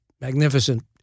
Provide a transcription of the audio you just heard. magnificent